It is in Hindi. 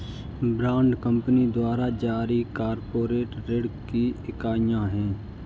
बॉन्ड कंपनी द्वारा जारी कॉर्पोरेट ऋण की इकाइयां हैं